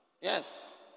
Yes